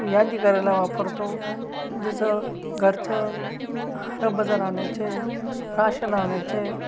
यादी करायला वापरतो जसं घरचं हरंबजार आणायचंय राशन आणायचं आहे